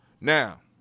Now